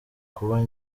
ukuba